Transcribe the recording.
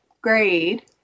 grade